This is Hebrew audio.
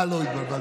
אה, לא, התבלבלתי.